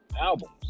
albums